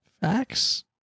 Facts